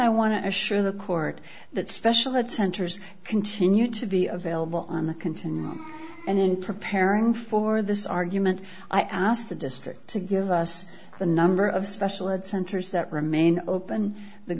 i want to assure the court that special ed centers continue to be available on the continuum and in preparing for this argument i asked the district to give us the number of special ed centers that remain open the